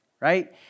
right